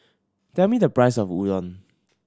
tell me the price of Udon